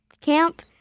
camp